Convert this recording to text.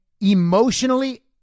emotionally